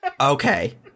okay